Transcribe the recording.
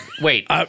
Wait